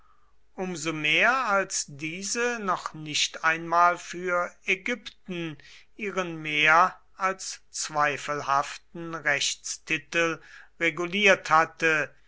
so mehr als diese noch nicht einmal für ägypten ihren mehr als zweifelhaften rechtstitel reguliert hatte